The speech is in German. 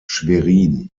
schwerin